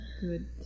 good